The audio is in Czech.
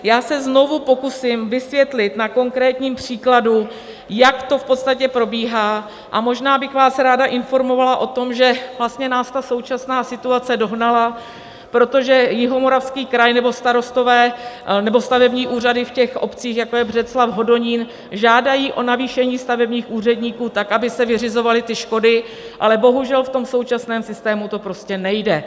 Já se znovu pokusím vysvětlit na konkrétním příkladu, jak to v podstatě probíhá, a možná bych vás ráda informovala o tom, že vlastně nás ta současná situace dohnala, protože Jihomoravský kraj nebo starostové nebo stavební úřady v obcích, jako je Břeclav, Hodonín, žádají o navýšení stavebních úředníků tak, aby se vyřizovaly ty škody, ale bohužel v současném systému to prostě nejde.